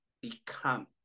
become